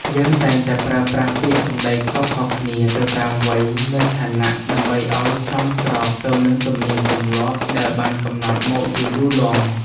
យើងតែងតែប្រើប្រាស់ពាក្យសម្តីខុសៗគ្នាទៅតាមវ័យនិងឋានៈដើម្បីឱ្យសមស្របទៅនឹងទំនៀមទម្លាប់ដែលបានកំណត់មកជាយូរលង់។